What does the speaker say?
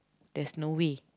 there's no way